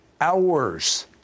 hours